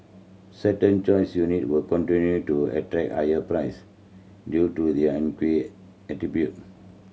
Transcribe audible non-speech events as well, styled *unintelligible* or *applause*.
certain choice unit will continue to attract higher price due to their *unintelligible* attributes